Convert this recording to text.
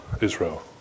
Israel